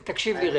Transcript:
תקשיב לי רגע.